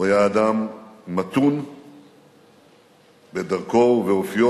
הוא היה אדם מתון בדרכו ובאופיו,